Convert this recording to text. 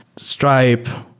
stripe,